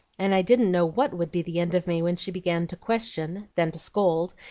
and i didn't know what would be the end of me when she began to question, then to scold,